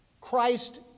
Christ